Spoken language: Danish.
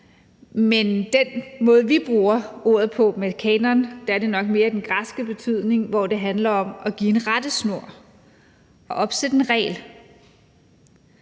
men den måde, som vi bruger ordet kanon på, er nok mere i den græske betydning, hvor det handler om at give en rettesnor og opsætte en regel.